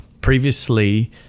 previously